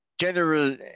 general